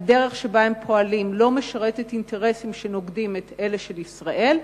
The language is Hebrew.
הדרך שבה הם פועלים לא משרתת אינטרסים שנוגדים את אלה של ישראל,